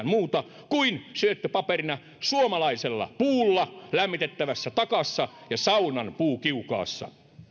muuta kuin että se on syöttöpaperina suomalaisella puulla lämmitettävässä takassa ja saunan puukiukaasssa